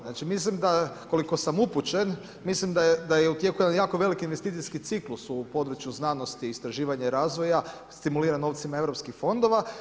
Znači mislim da, koliko sam upućen, mislim da je u tijeku jedan jako veliki investicijski ciklus u području znanosti, istraživanja i razvoja, stimuliran novcima europskih fondova.